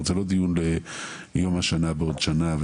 לא יהיה דיון המשך בעוד שנה, אלא